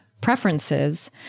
preferences